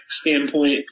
standpoint